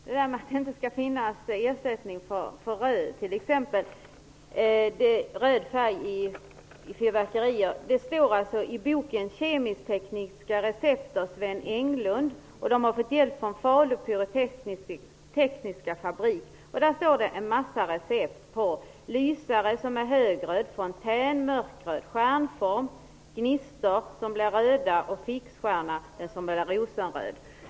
Herr talman! Marie Granlund hävdar att det inte skulle finnas någon ersättning för den röda färgen i fyrverkerier. I boken Kemisk-tekniska recept av Sven Englund som har skrivits med hjälp av Falu Pyrotekniska Fabrik finns många recept, på t.ex lysare som är högröd, fontän som är mörkröd, stjärnform och gnistor som är röda och fixstjärna som är rosenröd.